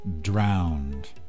drowned